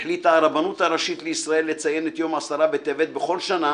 החליטה הרבנות הראשית לישראל לציין את יום י' בטבת בכל שנה